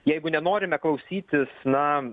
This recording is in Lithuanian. jeigu nenorime klausytis na